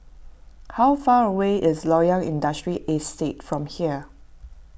how far away is Loyang Industrial Estate from here